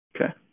Okay